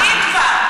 אם כבר.